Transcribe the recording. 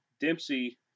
Dempsey